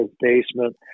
basement